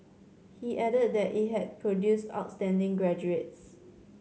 he added that it had produced outstanding graduates